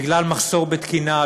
בגלל מחסור בתקינה,